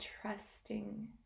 trusting